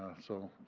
so,